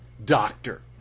Doctor